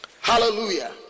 hallelujah